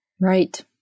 Right